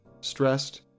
stressed